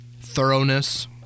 thoroughness